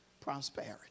prosperity